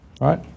Right